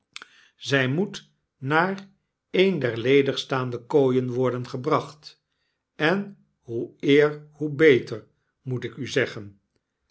zy moet naar een derledigstaandekooienworden gebracht en hoe eer hoe beter moet ik u zeggen